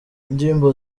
indirimbo